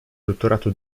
dottorato